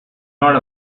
not